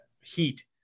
heat